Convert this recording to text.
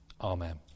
amen